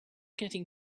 getting